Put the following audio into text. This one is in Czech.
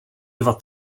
dva